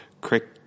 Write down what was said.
Crick